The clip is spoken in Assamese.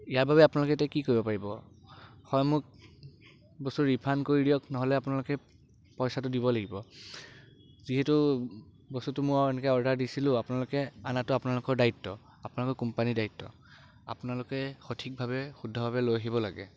ইয়াৰ বাবে আপোনালোকে কি কৰিব পাৰিব হয় মোকব্বস্তুটো ৰিফাণ্ড কৰি দিয়ক নহ'লে আপোনালোকে পইচাটো দিব লাগিব যিহেতু বস্তুটো মই এনেকে অৰ্ডাৰ দিছিলোঁ আপোনালোকে আনাটো আপোনালোকৰ দায়িত্ব আপোনালোকৰ কোম্পানিৰ দায়িত্ব আপোনালোকে সঠিকভাৱে শুদ্ধভাৱে লৈ আহিব লাগে